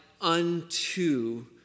unto